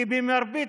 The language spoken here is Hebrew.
כי במרבית